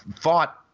fought –